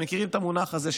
אתם מכירים את המונח הזה,